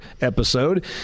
episode